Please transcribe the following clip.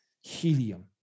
helium